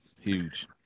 huge